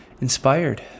inspired